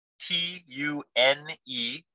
T-U-N-E